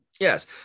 Yes